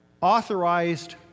authorized